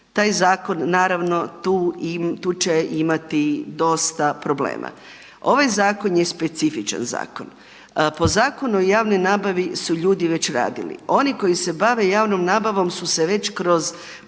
taj zakon naravno tu će imati dosta problema. Ovaj zakon je specifičan zakon, po Zakonu o javnoj nabavi su ljudi već radili. Oni koji se bave javnom nabavom su se već kroz